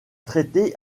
traité